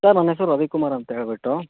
sir ನನ್ನ ಹೆಸರು ರವಿಕುಮಾರ್ ಅಂತ ಹೇಳಿಬಿಟ್ಟು